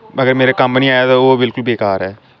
मगर मेरे कम्म निं आया ते ओह् बिल्कुल बेकार ऐ